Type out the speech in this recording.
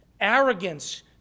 arrogance